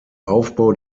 aufbau